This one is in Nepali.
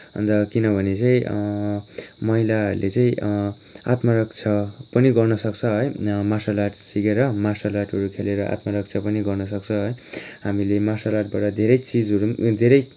अन्त किनभने चाहिँ महिलाहरूले आत्मरक्षा पनि गर्न सक्छ है मार्सल आर्टस सिकेर मार्सल आर्टहरू खेलेर आत्मरक्षा पनि गर्न सक्छ है हामीले मार्सल आर्टबाट धेरै चिजहरू पनि धेरै